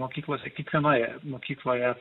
mokyklose kiekvienoje mokykloje